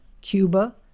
Cuba